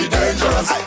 dangerous